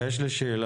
יש לי שאלה.